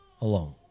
alone